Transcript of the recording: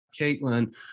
Caitlin